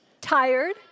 Tired